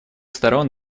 сторон